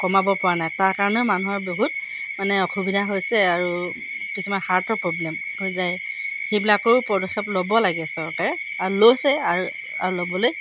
কমাব পৰা নাই তাৰ কাৰণেও মানুহৰ বহুত মানে অসুবিধা হৈছে আৰু কিছুমান হাৰ্টৰ প্ৰব্লেম হৈ যায় সেইবিলাকৰো পদক্ষেপ ল'ব লাগে চৰকাৰে আৰু লৈছে আৰু ল'বলৈ